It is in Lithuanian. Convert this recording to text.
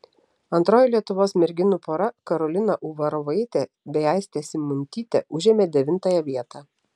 antroji lietuvos merginų pora karolina uvarovaitė bei aistė simuntytė užėmė devintąją vietą